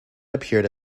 appeared